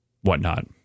whatnot